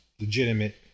legitimate